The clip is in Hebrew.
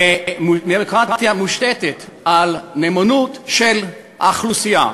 ודמוקרטיה מושתתת על נאמנות של האוכלוסייה.